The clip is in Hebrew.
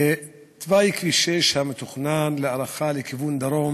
תוואי כביש 6 המתוכנן להארכה לכיוון דרום,